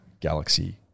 galaxy